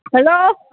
hello